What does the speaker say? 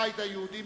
הבית היהודי,